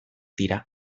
dira